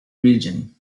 region